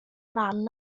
rhan